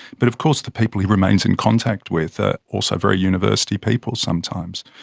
but, of course, the people he remains in contact with are also very university people sometimes.